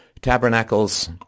tabernacles